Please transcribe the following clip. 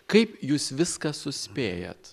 kaip jūs viską suspėjat